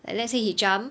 like let's say he jump